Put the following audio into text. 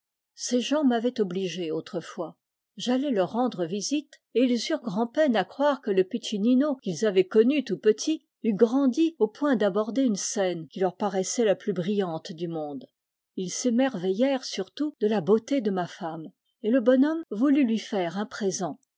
ces gens m'avaient obligé autrefois j'allai leur rendre visite et ils eurent grand'peine à croire que le piccinino qu'ils avaient connu tout petit eût grandi au point d'aborder une scène qui leur paraissait la plus brillante du monde ils s'émerveillèrent surtout de la beauté de ma femme et le bonhomme voulut lui faire un présent